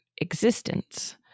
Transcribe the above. existence